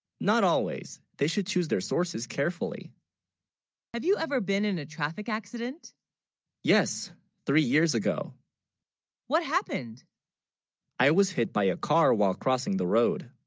not always they should choose their sources carefully have you ever been in a traffic accident yes three years, ago what happened i was hit by a car, while crossing the road